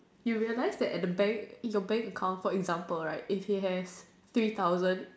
you realize that at the bank your bank account for example right if it has three thousand